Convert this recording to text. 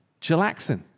chillaxing